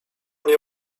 nie